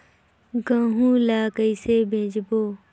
गहूं ला कइसे बेचबो?